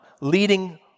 leading